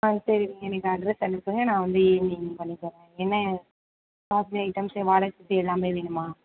ஆ சரி நீங்கள் எனக்கு அட்ரெஸ் அனுப்புங்க நான் வந்து ஈவ்னிங் பண்ணித்தரேன் என்ன காஸ்டியூம் ஐட்டம்ஸ் வாடகை செட் எல்லாமே வேணுமா